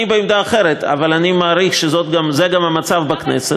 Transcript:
אני בעמדה אחרת, אבל אני מעריך שזה גם המצב בכנסת.